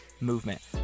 movement